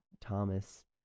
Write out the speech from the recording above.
Thomas